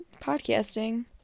podcasting